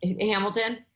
Hamilton